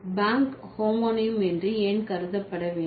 bank homonym என்று ஏன் கருதப்பட வேண்டும்